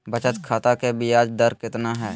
बचत खाता के बियाज दर कितना है?